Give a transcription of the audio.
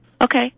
Okay